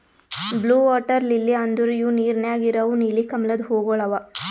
blue water lily ಅಂದುರ್ ಇವು ನೀರ ನ್ಯಾಗ ಇರವು ನೀಲಿ ಕಮಲದ ಹೂವುಗೊಳ್ ಅವಾ